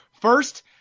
first